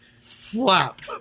Flap